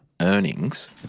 earnings